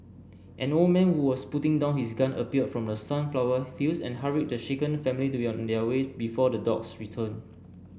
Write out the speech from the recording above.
an old man who was putting down his gun appeared from the sunflower fields and hurried the shaken family to be on their way before the dogs return